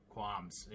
qualms